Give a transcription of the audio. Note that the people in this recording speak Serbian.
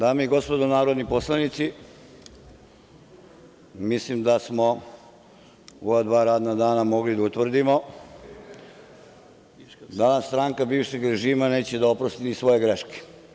Dame i gospodo narodni poslanici, mislim da smo u ova dva radna dana mogli da utvrdimo da stranka bivšeg režima neće da oprosti ni svoje greške.